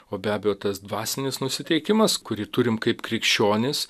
o be abejo tas dvasinis nusiteikimas kurį turim kaip krikščionys